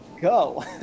go